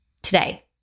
today